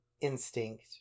instinct